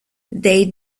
they